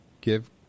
give